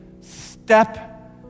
step